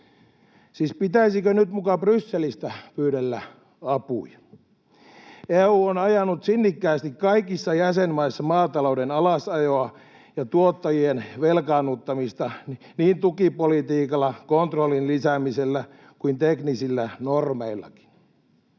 pitäisikö nyt muka Brysselistä pyydellä apuja? EU on ajanut sinnikkäästi kaikissa jäsenmaissa maatalouden alasajoa ja tuottajien velkaannuttamista niin tukipolitiikalla, kontrollin lisäämisellä kuin teknisillä normeillakin.